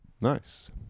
Nice